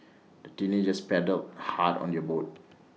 the teenagers paddled hard on your boat